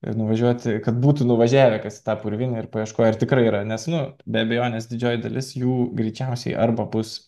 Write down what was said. ir nuvažiuoti kad būtų nuvažiavę kas į tą purvinę ir paieškoję ar tikrai yra nes nu be abejonės didžioji dalis jų greičiausiai arba bus